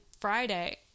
Friday